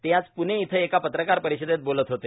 ते आज प्णे इथं एका पत्रकार परिषदेत बोलत होते